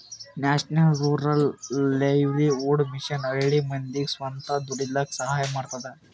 national rural livelihood mission ಹಳ್ಳಿ ಮಂದಿಗ್ ಸ್ವಂತ ದುಡೀಲಕ್ಕ ಸಹಾಯ ಮಾಡ್ತದ